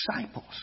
disciples